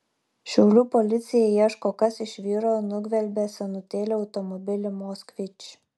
šiaulių policija ieško kas iš vyro nugvelbė senutėlį automobilį moskvič